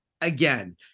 Again